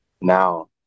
now